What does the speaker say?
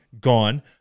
gone